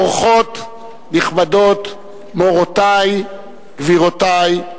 אורחות נכבדות, מורותי, גבירותי.